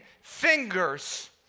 fingers